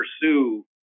pursue